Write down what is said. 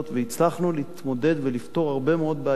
והצלחנו להתמודד ולפתור הרבה מאוד בעיות,